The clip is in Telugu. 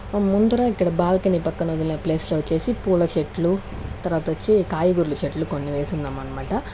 ముందర ఇక్కడ బాల్కని పక్కన వదిలిన ప్లేస్ వచ్చేసి పూల చెట్లు తర్వాత వచ్చి కాయగూరల చెట్లు కొన్ని వేసి ఉన్నామనమాట